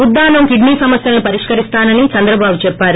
Uddanam kidney సమస్యలను పరిష్కరిస్తానని చంద్రబాబు చెప్పారు